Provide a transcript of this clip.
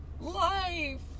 life